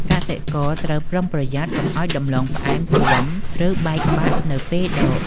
កសិករត្រូវប្រុងប្រយ័ត្នកុំឱ្យដំឡូងផ្អែមជាំ ឬបែកបាក់នៅពេលដក។